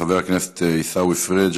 חבר הכנסת עיסאווי פריג'.